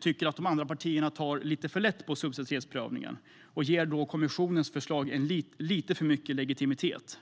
tycker att de andra partierna tar lite för lätt på subsidiaritetsprövningen och ger kommissionens förslag lite för mycket legitimitet.